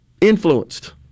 influenced